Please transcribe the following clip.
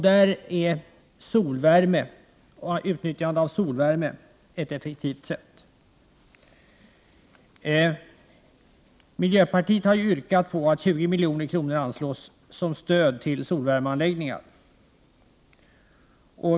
Där är utnyttjandet av solvärme ett effektivt sätt. Miljöpartiet har yrkat att 20 milj.kr. anslås som stöd till solvärmeanläggningar.